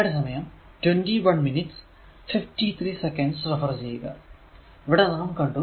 ഇവിടെ നാം കണ്ടു p 2 72